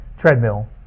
treadmill